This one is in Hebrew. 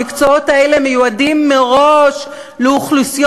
המקצועות האלה מיועדים מראש לאוכלוסיות